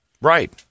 right